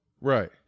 right